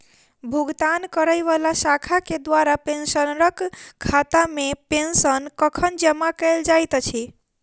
भुगतान करै वला शाखा केँ द्वारा पेंशनरक खातामे पेंशन कखन जमा कैल जाइत अछि